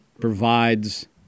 provides